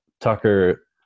Tucker